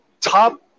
top